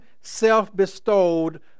self-bestowed